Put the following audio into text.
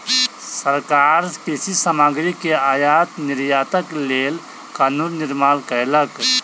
सरकार कृषि सामग्री के आयात निर्यातक लेल कानून निर्माण कयलक